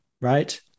right